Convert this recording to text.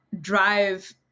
drive